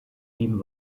sieben